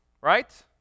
right